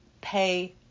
Pay